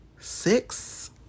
Six